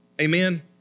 Amen